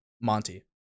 Monty